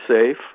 safe